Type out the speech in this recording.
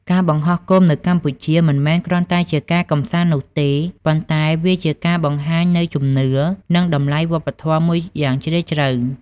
ការបង្ហោះគោមនៅកម្ពុជា មិនមែនគ្រាន់តែជាការកម្សាន្តនោះទេ ប៉ុន្តែវាជាការបង្ហាញនូវជំនឿ និងតម្លៃវប្បធម៌មួយយ៉ាងជ្រាលជ្រៅ។